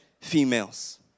females